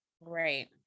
Right